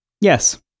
Yes